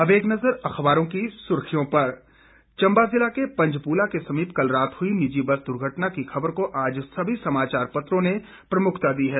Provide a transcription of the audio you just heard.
अब एक नजर अखबारों की सुर्खियों पर चम्बा जिला के पंजपुला के समीप कल रात हुई निजी बस दुर्घटना की ख़बर आज सभी समाचार पत्रों में प्रमुखता दी है